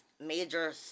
major